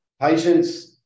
patients